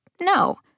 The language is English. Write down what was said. No